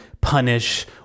punish